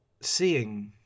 seeing